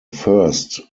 first